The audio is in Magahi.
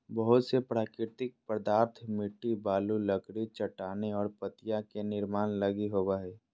बहुत से प्राकृतिक पदार्थ मिट्टी, बालू, लकड़ी, चट्टानें और पत्तियाँ के निर्माण लगी होबो हइ